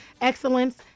Excellence